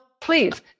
please